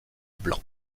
blanc